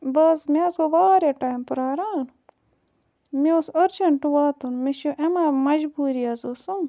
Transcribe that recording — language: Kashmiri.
بہٕ حظ مےٚ حظ گوٚو واریاہ ٹایم پیٛاران مےٚ اوس أرجَنٛٹ واتُن مےٚ چھُ اَمہِ آیہِ مَجبوٗری حظ ٲسٕم